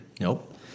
Nope